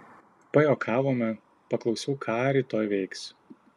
pajuokavome paklausiau ką rytoj veiks